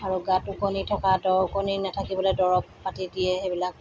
আৰু গাত ওকণি থকা দৰৱ ওকণি নাথাকিবলৈ দৰৱ পাতি দিয়ে সেইবিলাক